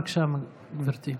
בבקשה, גברתי.